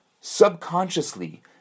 subconsciously